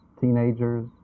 teenagers